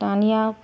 दानिआ